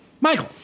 Michael